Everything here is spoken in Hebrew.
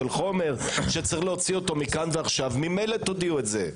של חומר שצריך להוציא אותו מכאן ועכשיו ממילא תודיעו את זה.